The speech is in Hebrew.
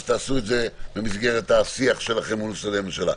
אז תעשו את זה במסגרת השיח שלכם מול משרדי הממשלה.